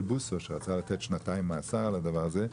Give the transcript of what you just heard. בוסו שרצה לתת שנתיים מאסר על הדבר הזה.